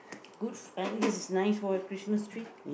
good find this is nice for a Christmas tree